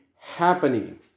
happening